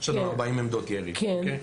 יש לנו 40 עמדות ירי, אוקי?